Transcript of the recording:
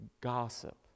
gossip